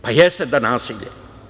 Pa jeste, da, nasilje.